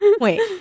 wait